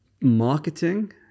marketing